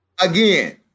Again